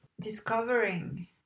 discovering